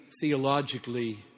theologically